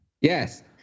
Yes